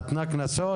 היא נותנת קנסות?